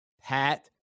Pat